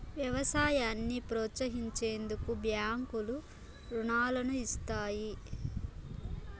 వ్యవసాయాన్ని ప్రోత్సహించేందుకు బ్యాంకులు రుణాలను ఇస్తాయి